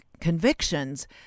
convictions